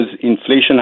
inflation